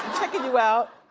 checkin' you out.